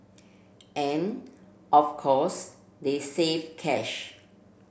and of course they saved cash